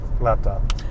Laptop